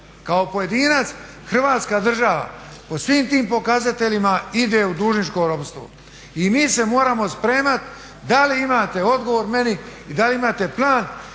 kao pojedinac Hrvatska država po svim tim pokazateljima ide u dužničko ropstvo i mi se moramo spremat da li imate odgovor meni i da li imate plan